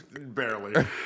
Barely